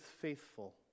faithful